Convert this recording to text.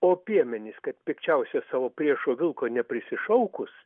o piemenys kad pikčiausio savo priešo vilko neprisišaukus